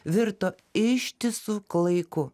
virto ištisu klaiku